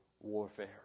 warfare